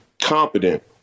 competent